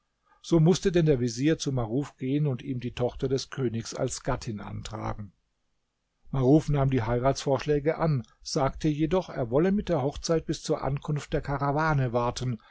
so mußte denn der vezier zu maruf gehen und ihm die tochter des königs als gattin antragen maruf nahm die heiratsvorschläge an sagte jedoch er wolle mit der hochzeit bis zur ankunft der karawane warten